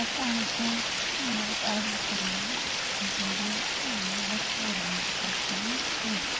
اَسَلامُ علیکُم مےٚ اوس آرڈَر کوٚرمُت تُہٕنٛدِ رٮ۪سٹورَنٛٹہٕ پٮ۪ٹھ فُڈ